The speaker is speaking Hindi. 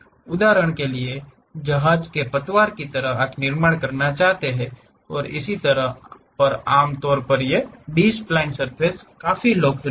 उदाहरण के लिए जहाज के पतवार की तरह आप निर्माण करना चाहते हैं और इसी तरह आमतौर पर ये बी स्प्लिन सर्फ़ेस काफी लोकप्रिय हैं